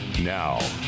Now